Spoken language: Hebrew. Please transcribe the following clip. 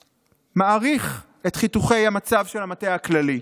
ומעריך את חיתוכי המצב של המטה הכללי?